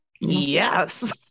yes